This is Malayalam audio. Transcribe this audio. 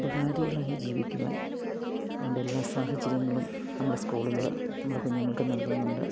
ഉപകാരികളായി ജീവിക്കുവാൻ വേണ്ട എല്ലാ സാഹചര്യങ്ങളും നമ്മുടെ സ്കൂളുകൾ നമ്മുടെ കുഞ്ഞുങ്ങൾക്ക് നൽകുന്നുണ്ട്